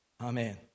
Amen